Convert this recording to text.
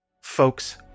Folks